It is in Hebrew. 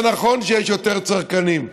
זה נכון שיש יותר צרכנים.